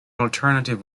alternative